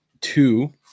Two